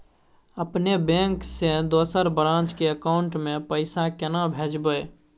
अपने बैंक के दोसर ब्रांच के अकाउंट म पैसा केना भेजबै?